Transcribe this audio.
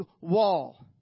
wall